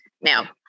Now